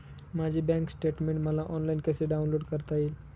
माझे bank statement मला online कसे डाउनलोड करता येईल?